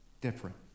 different